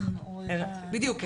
ער"ן בדיוק.